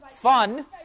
Fun